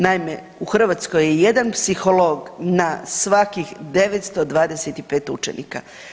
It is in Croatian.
Naime, u Hrvatskoj je jedan psiholog na svakih 925 učenika.